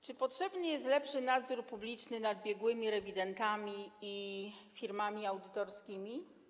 Czy potrzebny jest lepszy nadzór publiczny nad biegłymi rewidentami i firmami audytorskimi?